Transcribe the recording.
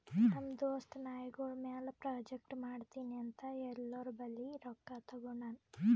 ನಮ್ ದೋಸ್ತ ನಾಯ್ಗೊಳ್ ಮ್ಯಾಲ ಪ್ರಾಜೆಕ್ಟ್ ಮಾಡ್ತೀನಿ ಅಂತ್ ಎಲ್ಲೋರ್ ಬಲ್ಲಿ ರೊಕ್ಕಾ ತಗೊಂಡಾನ್